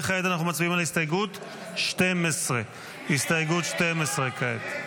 כעת אנחנו מצביעים על הסתייגות 12. הסתייגות 12 כעת.